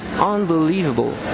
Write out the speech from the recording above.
unbelievable